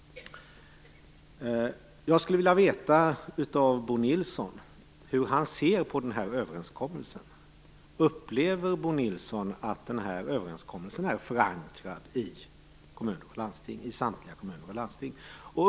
Jag skulle vilja veta hur Bo Nilsson ser på den här överenskommelsen. Upplever Bo Nilsson att överenskommelsen är förankrad i samtliga kommuner och landsting?